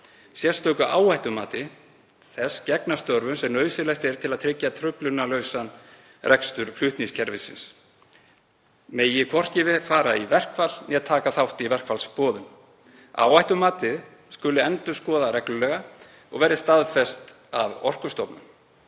sérstöku áhættumati þess gegna störfum sem nauðsynleg eru til að tryggja truflunarlausan rekstur flutningskerfisins megi hvorki fara í verkfall né taka þátt í verkfallsboðun. Áhættumatið skuli endurskoðað reglulega og verði staðfest af Orkustofnun.